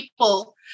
people